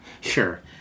Sure